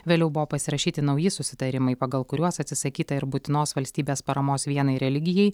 vėliau buvo pasirašyti nauji susitarimai pagal kuriuos atsisakyta ir būtinos valstybės paramos vienai religijai